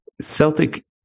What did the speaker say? Celtic